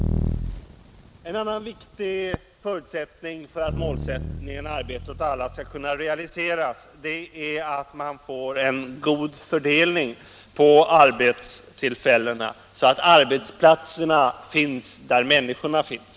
En annan viktig förutsättning för att grundsatsen arbete åt alla skall kunna realiseras är att man får en god fördelning av arbetstillfällena, så att arbetsplatserna finns där människorna finns.